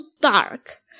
dark